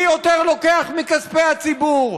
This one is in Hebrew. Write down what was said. מי יותר לוקח מכספי הציבור,